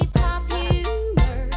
popular